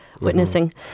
witnessing